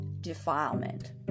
defilement